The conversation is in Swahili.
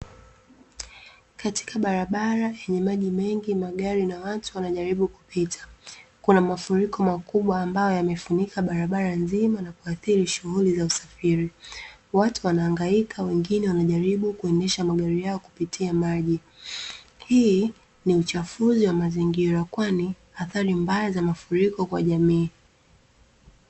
Katika barabara yenye maji mengi magari na watu wanajaribu kupita kuna mafuriko makubwa ambayo yamefunika barabara nzima na kuathiri shughuli za usafiri, Watu wanahangaika na wengine wanajaribu kuendesha magari yao kupitia maji hii ni uchafuzi wa mazingira kwani athari mbaya za mafuriko kwa jamii.